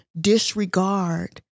disregard